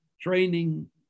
training